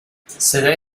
صدای